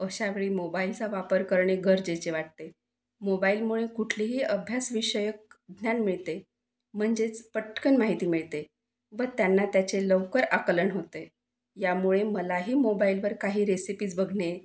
अशा वेळी मोबाईलचा वापर करणे गरजेचे वाटते मोबाईलमुळे कुठलीही अभ्यासविषयक ज्ञान मिळते म्हणजेच पटकन माहिती मिळते व त्यांना त्याचे लवकर आकलन होते यामुळे मलाही मोबाईलवर काही रेसिपीज बघणे